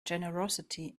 generosity